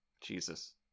Jesus